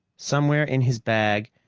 somewhere in his bag,